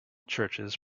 churches